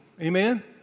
Amen